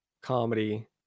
comedy